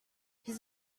his